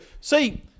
See